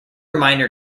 minor